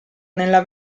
nella